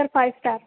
sir five star